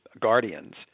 guardians